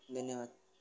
धन्यवाद